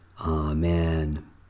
Amen